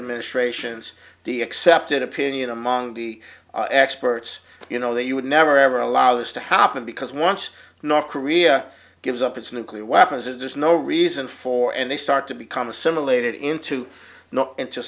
administrations the accepted opinion among the experts you know that you would never ever allow this to happen because once north korea gives up its nuclear weapons there's no reason for and they start to become assimilated into